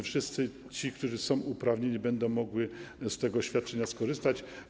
Wszyscy ci, którzy są uprawnieni, będą mogli z tego świadczenia skorzystać.